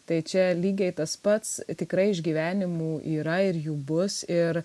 tai čia lygiai tas pats tikrai išgyvenimų yra ir jų bus ir